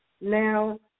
Now